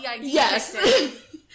Yes